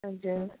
हजुर